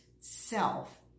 self